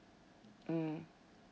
mm